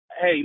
hey